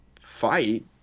fight